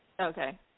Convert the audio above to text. Okay